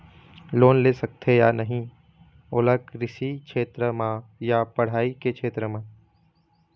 Loan ले सकथे या नहीं ओला कृषि क्षेत्र मा या पढ़ई के क्षेत्र मा?